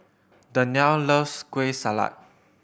Dannielle loves Kueh Salat